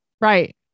Right